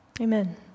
Amen